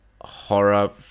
horror